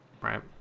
Right